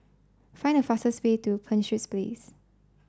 find the fastest way to Penshurst Place